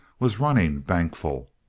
was running bankfull,